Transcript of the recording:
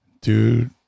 dude